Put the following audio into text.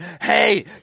Hey